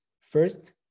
First